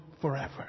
forever